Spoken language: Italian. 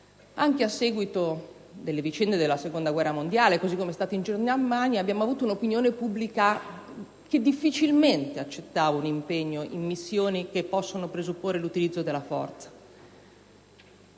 anche a seguito delle vicende della seconda guerra mondiale, così come è stato in Germania, abbiamo avuto un'opinione pubblica che difficilmente accettava un impegno che presupponesse l'utilizzo della forza.